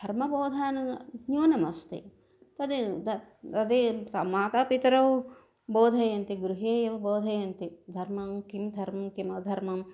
धर्मबोधनं न्यूनमस्ति तद् त तदेव मातापितरौ बोधयतः गृहे एव बोधयतः धर्मं किं धर्मं किम् अधर्मं